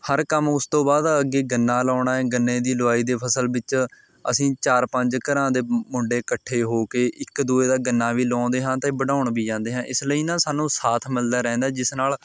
ਹਰ ਕੰਮ ਉਸ ਤੋਂ ਬਾਅਦ ਅੱਗੇ ਗੰਨਾ ਲਾਉਣਾ ਹੈ ਗੰਨੇ ਦੀ ਲਵਾਈ ਦੀ ਫਸਲ ਵਿੱਚ ਅਸੀਂ ਚਾਰ ਪੰਜ ਘਰਾਂ ਦੇ ਮੁੰਡੇ ਇਕੱਠੇ ਹੋ ਕੇ ਇੱਕ ਦੂਜੇ ਦਾ ਗੰਨਾ ਵੀ ਲਵਾਉਂਦੇ ਹਨ ਅਤੇ ਵਢਾਉਣ ਵੀ ਜਾਂਦੇ ਹਾਂ ਇਸ ਲਈ ਨਾ ਸਾਨੂੰ ਸਾਥ ਮਿਲਦਾ ਰਹਿੰਦਾ ਜਿਸ ਨਾਲ